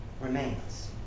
remains